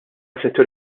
settur